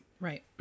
Right